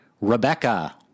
Rebecca